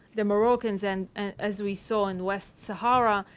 the moroccans, and as we saw in west sahara,